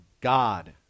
God